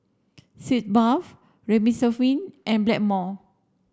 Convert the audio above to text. Sitz bath Remifemin and Blackmore